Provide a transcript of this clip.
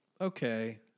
Okay